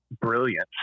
brilliant